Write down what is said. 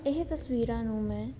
ਇਹ ਤਸਵੀਰਾਂ ਨੂੰ ਮੈਂ